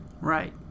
Right